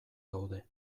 gaude